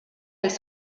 als